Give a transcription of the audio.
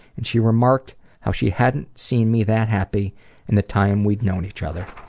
and she remarked how she hadn't seen me that happy in the time we'd known each other.